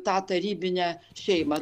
tą tarybinę šeimą